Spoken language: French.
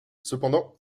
cependant